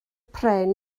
pren